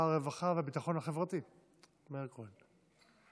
שר הרווחה והביטחון החברתי מאיר כהן.